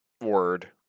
word